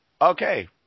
Okay